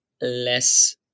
less